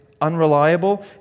unreliable